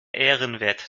ehrenwert